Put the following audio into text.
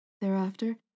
Thereafter